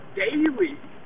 daily